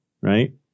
right